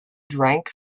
drank